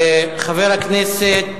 חבר הכנסת,